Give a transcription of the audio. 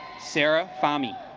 sara farming